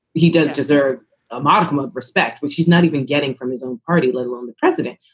he does deserve a modicum of respect, which he's not even getting from his own party, let alone the president.